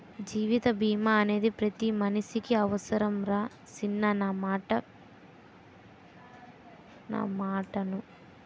జీవిత బీమా అనేది పతి మనిసికి అవుసరంరా సిన్నా నా మాటిను